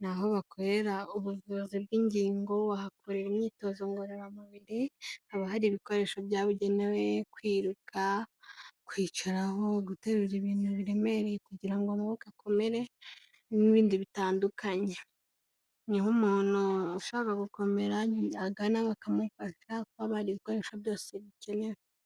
ni aho bakorera ubuvuzi bw'ingingo, bahakorera imyitozo ngororamubiri, haba hari ibikoresho byabugenewe, kwiruka, kwicaraho, guterura ibintu biremereye kugira ngo amaboko akomere, n'ibindi bitandukanye, niho umuntu ushaka gukomera agana bakamufasha kuko haba hari ibikoresho byose bikenewe.